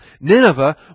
Nineveh